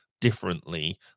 differently